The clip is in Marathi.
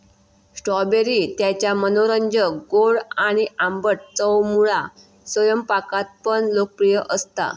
स्ट्रॉबेरी त्याच्या मनोरंजक गोड आणि आंबट चवमुळा स्वयंपाकात पण लोकप्रिय असता